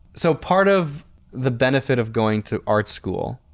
so, part of the benefit of going to art school,